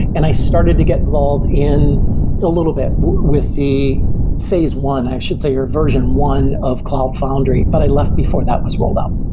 and i started to get involved in a little bit with the phase one, i should say, or version one of cloud foundry, but i left before that was rolled out.